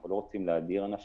אנחנו לא רוצים להדיר ענפים,